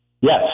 Yes